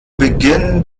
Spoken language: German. beginn